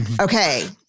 Okay